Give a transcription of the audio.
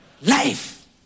Life